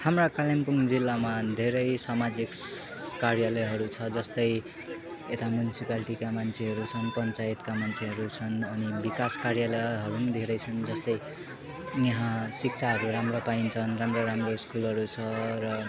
हाम्रा कालिम्पुङ जिल्लामा धेरै समाजिक कार्यालयहरू छ जस्तै यता म्युनिसिप्यालिटीका मान्छेहरू छन् पञ्चायतका मान्छेहरू छन् अनि विकास कार्यलयहरू पनि धेरै छन् जस्तै यहाँ शिक्षाहरू राम्रो पाइन्छन् राम्रो राम्रो स्कुलहरू छ र